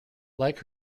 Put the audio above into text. like